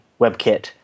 WebKit